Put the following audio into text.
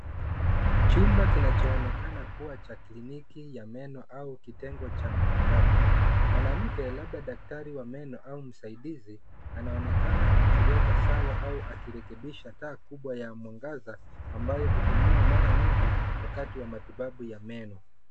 Chumba kinachoonekana kuwa cha kliniki ya meno au kitengo cha matibabu. Mwanamke labda daktari wa meno au msaidizi, anaonekana akiweka sawa au kurekebisha taa kubwa ya mwangaza ambayo hutumiwa mara nyingi wakati wa matibabu ya meno.